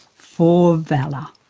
for valour.